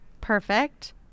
Perfect